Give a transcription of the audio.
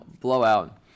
blowout